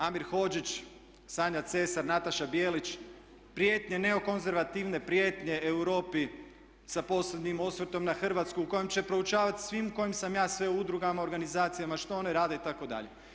Amir Hodžić, Sanja Cesar, Nataša Bijelić, prijetnje, neokonzervativne prijetnje Europi sa posebnim osvrtom na Hrvatsku u kojem će proučavati svim kojim sam ja sve udrugama, organizacijama, što one rade itd.